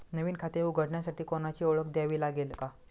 नवीन खाते उघडण्यासाठी कोणाची ओळख द्यावी लागेल का?